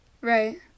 Right